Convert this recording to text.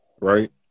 right